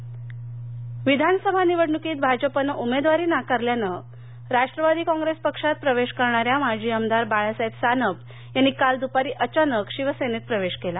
निवडणक विधानसभा निवडणुकीत भाजपनं उमेदवारी नाकारल्यानं राष्ट्रवादी काँप्रेस पक्षात प्रवेश करणाऱ्या माजी आमदार बाळासाहेब सानप यांनी काल दुपारी अचानक शिवसेनेत प्रवेश केला